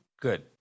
Good